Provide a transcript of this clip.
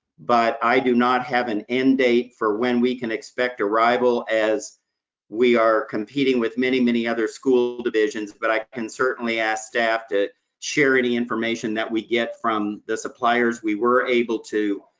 but i do not have an end-date for when we can expect arrival, as we are competing with many, many other school divisions, but i can certainly ask staff to share any information that we get from the suppliers we were able to,